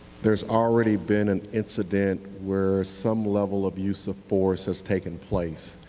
there's already been an incident where some level of use of force has taken place.